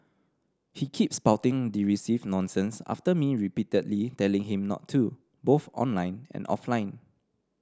he kept spouting derisive nonsense after me repeatedly telling him not to both online and offline